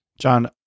John